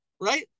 right